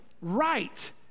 right